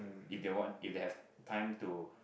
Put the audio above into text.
if they want if they have time to